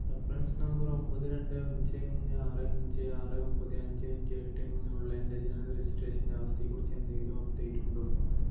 reference number ഒമ്പത് രണ്ട് അഞ്ച് ഒന്ന് ആറ് അഞ്ച് ആറ് ഒമ്പത് അഞ്ച് അഞ്ച് എട്ട് മൂന്ന് ഉള്ള എൻ്റെ ജനന രജിസ്ട്രേഷൻ്റെ അവസ്ഥയെക്കുറിച്ച് എന്തെങ്കിലും അപ്ഡേറ്റുണ്ടോ